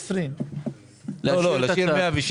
להשאיר 107?